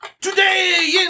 Today